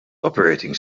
operating